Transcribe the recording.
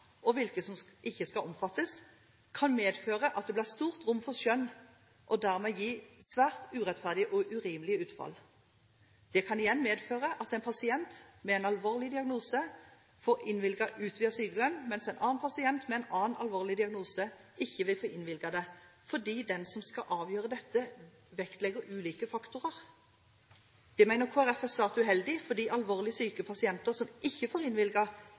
og hvilke som ikke skal omfattes, kan medføre at det blir stort rom for skjønn – og dermed gi svært urettferdige og urimelige utfall. Det kan igjen medføre at en pasient med en alvorlig diagnose får innvilget utvidet sykelønn, mens en annen pasient med en annen alvorlig diagnose ikke vil få innvilget dette, fordi den som skal avgjøre dette, vektlegger ulike faktorer. Det mener Kristelig Folkeparti er svært uheldig, fordi alvorlig syke pasienter som ikke får